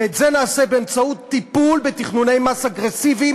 ואת זה נעשה באמצעות טיפול בתכנוני מס אגרסיביים